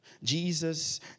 Jesus